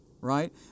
right